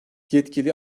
yetkili